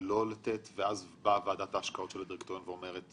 לא לתת ובאה ועדת ההשקעות של הדירקטוריון ואמרה: